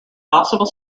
possible